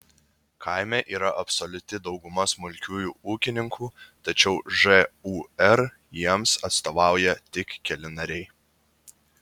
kaime yra absoliuti dauguma smulkiųjų ūkininkų tačiau žūr jiems atstovauja tik keli nariai